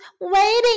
waiting